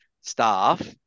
staff